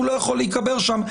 הוא לא יכול להיקבר שם,